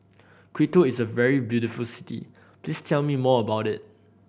Quito is a very beautiful city please tell me more about it